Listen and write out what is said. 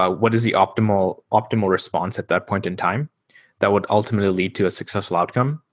ah what is the optimal optimal response at that point in time that would ultimately lead to a successful outcome?